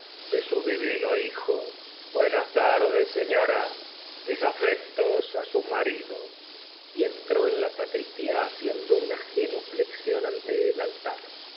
de su divino hijo buenas tardes señora mis afectos su marido y entró en la sacristía haciendo una genuflexión ante el altar